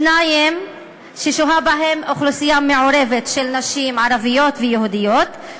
בשניים שוהה אוכלוסייה מעורבת של נשים ערביות ויהודיות,